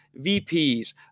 VPs